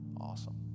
Awesome